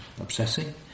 obsessing